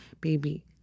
Baby